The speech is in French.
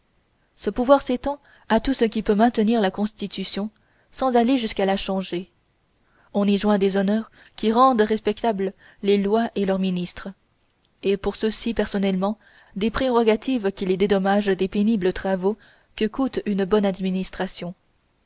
ce pouvoir s'étend à tout ce qui peut maintenir la constitution sans aller jusqu'à la changer on y joint des honneurs qui rendent respectables les lois et leurs ministres et pour ceux-ci personnellement des prérogatives qui les dédommagent des pénibles travaux que coûte une bonne administration